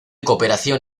cooperación